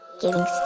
giving